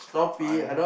I